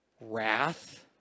wrath